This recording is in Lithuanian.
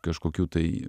kažkokių tai